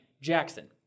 Jackson